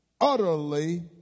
utterly